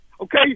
okay